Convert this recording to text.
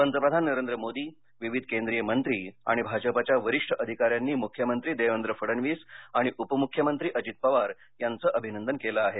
पंतप्रधान नरेंद्र मोदी विविध केंद्रीय मंत्री आणि भाजपाच्या वरिष्ठ अधिकाऱ्यांनी मुख्यमंत्री देवेंद्र फडणवीस आणि उपमुख्यमंत्री अजित पवार यांचं अभिनंदन केलं आहे